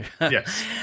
Yes